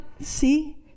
see